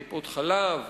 טיפות-חלב,